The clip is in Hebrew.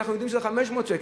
ואנחנו יודעים שזה 500 שקל.